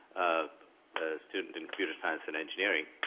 a student in computer science and engineering,